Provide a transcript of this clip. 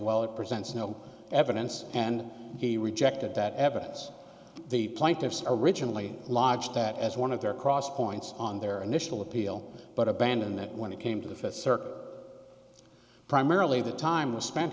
well it presents no evidence and he rejected that evidence the plaintiffs originally lodged that as one of their cross points on their initial appeal but abandoned that when it came to the fifth circuit primarily the time was spent